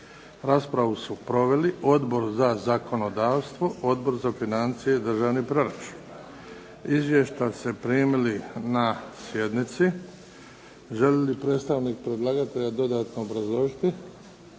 Raspravu su proveli Odbor za zakonodavstvo, Odbor za financije i državni proračun. Izvješća ste primili na sjednici. Želi li predstavnik predlagatelja dodatno obrazložiti?